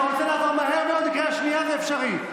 אתה רוצה לעבור מהר מאוד לקריאה שנייה, זה אפשרי.